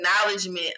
acknowledgement